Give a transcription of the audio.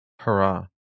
Hurrah